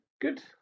good